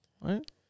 right